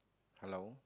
hello